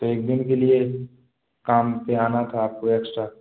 तो एक दिन के लिए काम पर आना था आपको एक्श्ट्रा